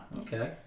okay